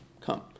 come